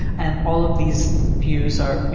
and all of these views are,